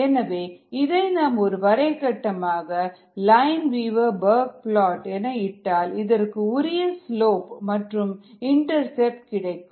எனவே இதை நாம் ஒரு வரை கட்டமாக லைன்வீவர் பர்க் பிளாட் என இட்டால் இதற்கு உரிய ஸ்லோப் மற்றும் இன்டர்செக்ட் கிடைக்கும்